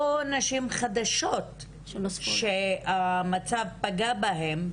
או נשים חדשות שהמצב פגע בהן,